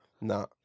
no